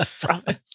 Promise